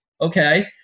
okay